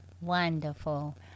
Wonderful